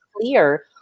clear